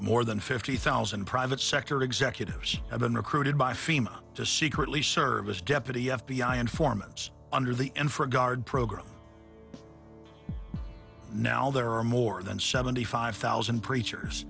more than fifty thousand private sector executives have been recruited by fema to secretly service deputy f b i informants under the end for a guard program now there are more than seventy five thousand preachers